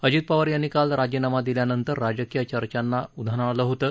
अजित पवार यांनी काल राजीनामा दिल्यानंतर राजकीय चर्चांना उधाण आलं होतं